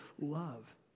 love